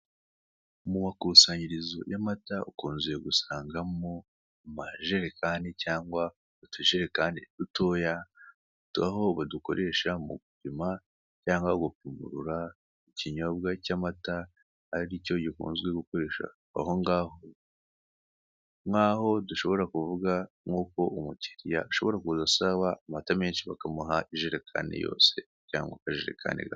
Mu makusanyirizo y'amata ukunze gusangamo amajerekani cyangwa utujerekani dutoya, aho badukoresha mu gupima cyangwa gupimurura ikinyobwa cy'amata aricyo gikunzwe gukoreshwa aho ngaho, nkaho dushobora kuvuga nk'uko umukiriya ashobora asaba amata menshi bakamuha injerekani yose cyangwa akajerekani gato.